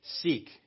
seek